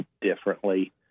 differently